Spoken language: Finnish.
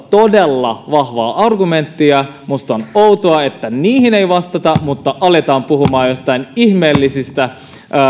todella vahvaa argumenttia minusta on outoa että niihin ei vastata vaan aletaan puhumaan joistain ihmeellisistä